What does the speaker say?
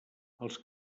els